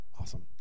Awesome